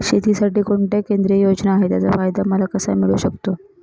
शेतीसाठी कोणत्या केंद्रिय योजना आहेत, त्याचा फायदा मला कसा मिळू शकतो?